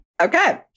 Okay